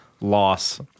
loss